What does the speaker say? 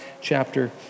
chapter